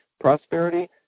prosperity